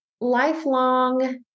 lifelong